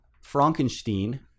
Frankenstein